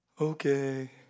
Okay